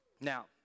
Now